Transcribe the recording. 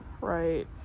Right